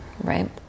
Right